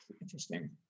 Interesting